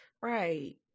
Right